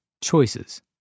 Choices